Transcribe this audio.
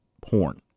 porn